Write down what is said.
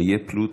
איה פלוטו?